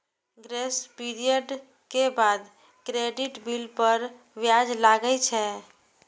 grace period के बाद credit bill पर ब्याज लागै छै